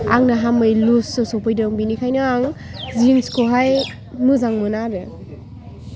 आंनो हामै लुज सो सफैदों बेनिखायनो आं जिन्स खौहाय मोजां मोना आरो